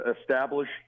establish